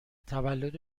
تولد